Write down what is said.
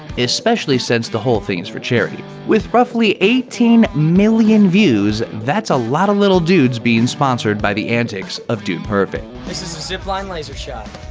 especially since the whole thing is for charity. with roughly eighteen million views, that's a lot of little dudes being sponsored by the antics of dude perfect. this is the zip line laser shot.